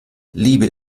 liebe